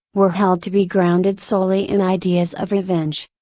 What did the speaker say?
were held to be grounded solely in ideas of revenge.